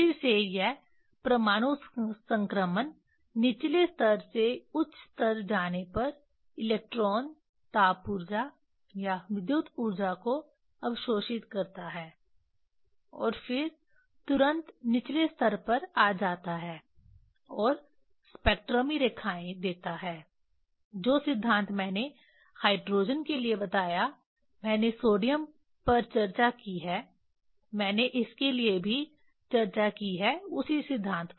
फिर से यह परमाणु संक्रमण निचले स्तर से उच्च स्तर जाने पर इलेक्ट्रॉन ताप ऊर्जा या विद्युत ऊर्जा को अवशोषित करता है और फिर तुरंत निचले स्तर पर आ जाता है और स्पेक्ट्रमी रेखाएं देता है जो सिद्धांत मैंने हाइड्रोजन के लिए बताया मैंने सोडियम पर चर्चा की है मैंने इसके लिए भी चर्चा की है उसी सिद्धांत पर